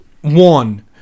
one